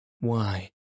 Why